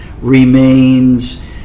remains